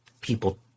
people